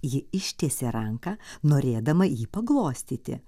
ji ištiesė ranką norėdama jį paglostyti